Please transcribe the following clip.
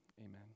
Amen